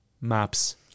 maps